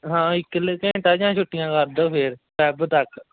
ਹਾਂ ਘੰਟਾ ਜਾਂ ਛੁੱਟੀਆਂ ਕਰ ਦਿਉ ਫਿਰ ਫੈਬ ਤੱਕ